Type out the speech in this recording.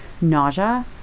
nausea